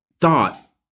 thought